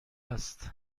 است